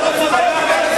פעם שנייה.